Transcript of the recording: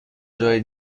جایی